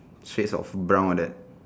shades of brown like that